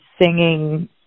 singing